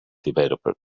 developer